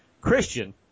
Christian